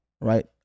right